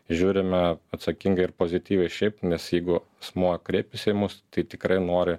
žiūrime atsakingai ir pozityviai šiaip nes jeigu asmuo kreipiasi į mus tai tikrai nori